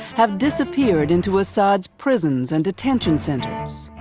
have disappeared into assad's prisons and detention centres.